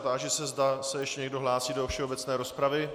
Táži se, zda se ještě někdo hlásí do všeobecné rozpravy.